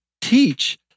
teach